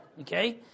okay